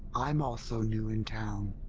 i'm also new in town.